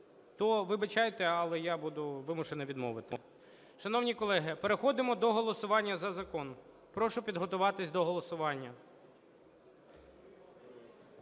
то вибачайте, але я буду вимушений відмовити. Шановні колеги, переходимо до голосування закон. Прошу підготуватися до голосування.